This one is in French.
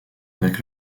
avec